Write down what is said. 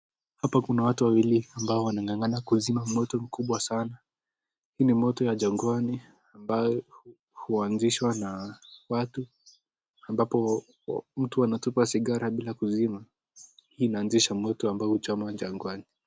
Hapo kuna watu wawili ambao wanang'ang'ana kuzima moto hili, hii ni moto wa jangwani ambao hunzishwa na watu ambapo mtu anatupa sigara bila kuzima, hii inaanzisha moto ambayo huchoma jangwani.